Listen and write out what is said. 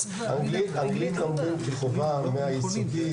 אז --- אנגלית לומדים כחובה מהיסודי,